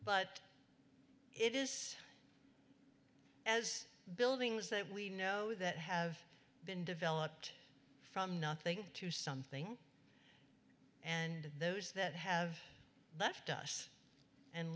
but it is as buildings that we know that have been developed from nothing to something and those that have left us and